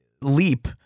leap